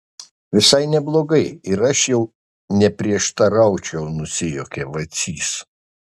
visai neblogai ir aš jau neprieštaraučiau nusijuokė vacys